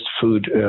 food